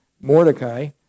Mordecai